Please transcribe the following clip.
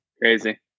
Crazy